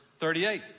38